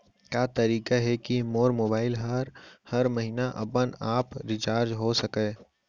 का तरीका हे कि मोर मोबाइल ह हर महीना अपने आप रिचार्ज हो सकय?